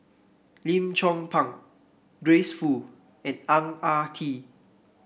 Lim Chong Pang Grace Fu and Ang Ah Tee